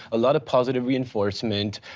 a lot of positive reinforcement.